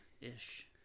ish